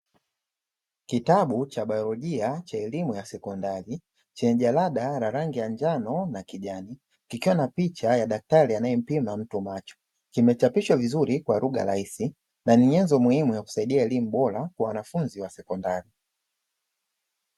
Kitabu cha baiolojia cha elimu ya sekondari, chenye jalada la rangi ya njano na kijani kikiwa na picha ya daktari anayempima mtu macho, kimechapishwa vizuri kwa lugha rahisi na ni nyenzo muhimu ya kusaidia elimu bora kwa wanafunzi wa sekondari.